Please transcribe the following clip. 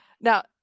now –